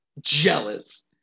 jealous